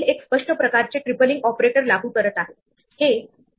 हे स्टॅक प्रमाणे last in first out नसून क्यू हे first in first out sequence आहे